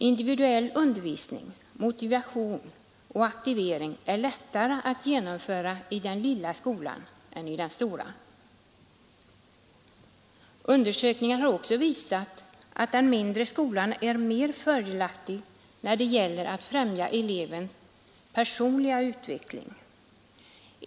Individuell undervisning, motivation och aktivering är lättare att genomföra i den lilla skolan än i den stora. Undersökningar har också visat att den mindre skolan är mer fördelaktig när det gäller att främja elevernas personliga utveckling.